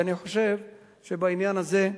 ואני חושב שבעניין הזה,